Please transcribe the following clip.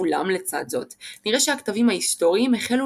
אולם לצד זאת נראה שהכתבים ההיסטוריים החלו